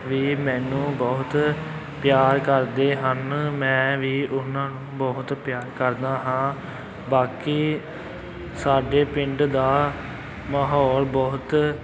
ਵੀ ਮੈਨੂੰ ਬਹੁਤ ਪਿਆਰ ਕਰਦੇ ਹਨ ਮੈਂ ਵੀ ਉਹਨਾਂ ਨੂੰ ਬਹੁਤ ਪਿਆਰ ਕਰਦਾ ਹਾਂ ਬਾਕੀ ਸਾਡੇ ਪਿੰਡ ਦਾ ਮਾਹੌਲ ਬਹੁਤ